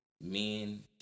Men